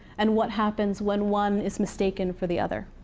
and what happens when one is mistaken for the other.